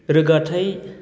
रोगाथाइ